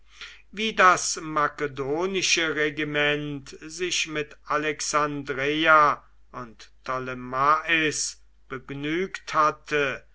wie das makedonische regiment sich mit alexandreia und ptolemais begnügt hatte